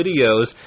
videos